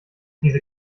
diese